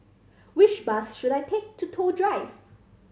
which bus should I take to Toh Drive